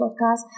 podcast